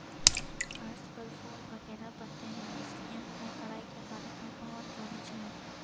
arts پر پھول وغیرہ بنتے ہیں اس لیے ہمیں کڑھائی کے بارے میں بہت نالج ہے